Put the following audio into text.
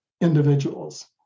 individuals